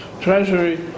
treasury